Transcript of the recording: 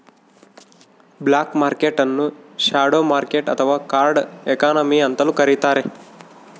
block market ನ್ನು shadow market ಅಥವಾ dark economy ಅಂತಲೂ ಕರಿತಾರೆ